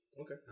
Okay